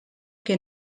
que